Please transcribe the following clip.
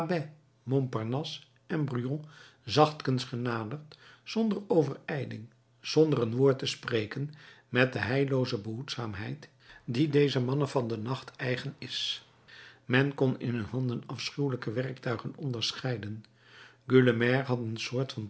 brujon zachtkens genaderd zonder overijling zonder een woord te spreken met de heillooze behoedzaamheid die dezen mannen van den nacht eigen is men kon in hun handen afschuwelijke werktuigen onderscheiden